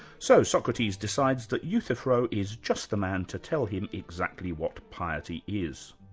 so socrates decides that euthyphro is just the man to tell him exactly what piety is.